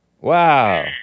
wow